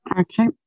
Okay